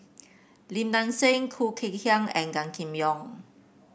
Lim Nang Seng Khoo Kay Hian and Gan Kim Yong